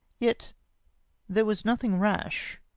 yet there was nothing rash.